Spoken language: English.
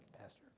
Pastor